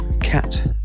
cat